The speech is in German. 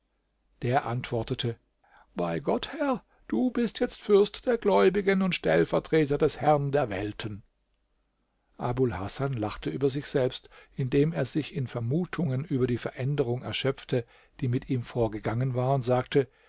der antwortete bei gott herr du bist jetzt fürst der gläubigen und stellvertreter des herrn der welten abul hasan lachte über sich selbst indem er sich in vermutungen über die veränderung erschöpfte die mit ihm vorgegangen war und sagte